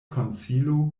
konsilo